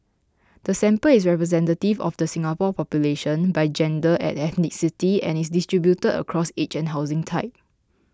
the sample is representative of the Singapore population by gender and ethnicity and is distributed across age and housing type